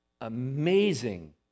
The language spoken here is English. amazing